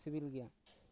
ᱥᱤᱵᱤᱞ ᱜᱮᱭᱟ